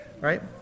right